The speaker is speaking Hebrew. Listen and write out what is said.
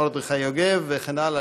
מרדכי יוגב וכן הלאה,